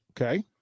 Okay